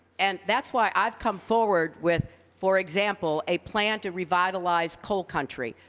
and that's why i've come forward with, for example, a plan to revitalize coal country,